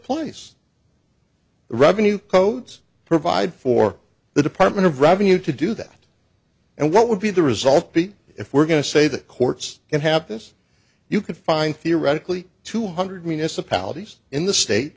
the revenue codes provide for the department of revenue to do that and what would be the result be if we're going to say that courts can have this you can find theoretically two hundred minas a pal days in the state